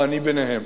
ואני ביניהם.